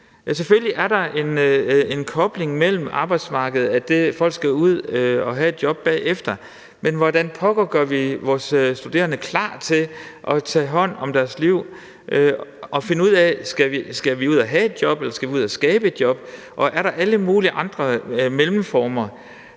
Selvfølgelig er der en kobling til arbejdsmarkedet, altså i forhold til at folk skal ud og have et job bagefter, men hvordan pokker gør vi vores studerende klar til at tage hånd om deres liv og finde ud af, om de skal ud og have et job eller ud og skabe et job? Og er der alle mulige andre mellemformer?